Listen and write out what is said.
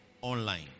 online